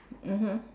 mmhmm